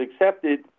accepted